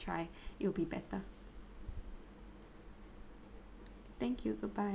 it will be better thank you bye bye